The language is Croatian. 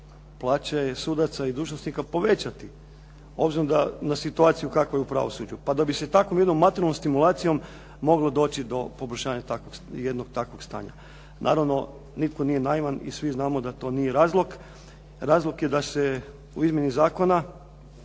plaće sudaca i dužnosnika povećati, obzirom na situaciju kakva je u pravosuđu. Pa da bi se takvom jednom materijalnom stimulacijom moglo doći do poboljšanja jednog takvog stanja. Naravno, nitko nije naivan i svi znamo da to nije razlog. Razlog je da se zakon